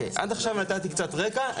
עד עכשיו נתתי קצת רקע.